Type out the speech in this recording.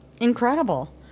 incredible